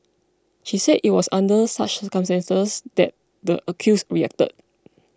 she said it was under such circumstances that the accused reacted